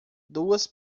duas